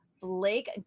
blake